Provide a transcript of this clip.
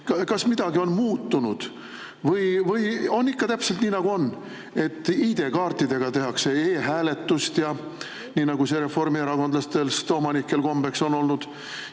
Kas midagi on muutunud või on ikka täpselt nii, nagu on, et ID-kaartidega tehakse e-hääletust, nii nagu see reformierakondlastest omanikel kombeks on olnud?